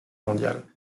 mondiale